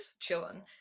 chillin